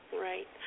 Right